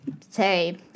say